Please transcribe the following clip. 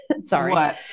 sorry